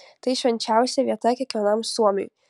tai švenčiausia vieta kiekvienam suomiui